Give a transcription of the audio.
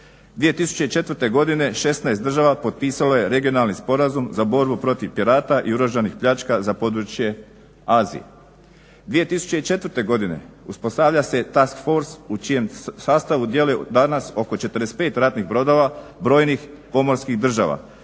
2004. godine 16 država potpisalo je Regionalni sporazum za borbu protiv pirata i oružanih pljačka za područje Azije. 2004. godine uspostavlja se task force u čijem sastavu djeluje danas oko 45 ratnih brodova brojnih pomorskih država,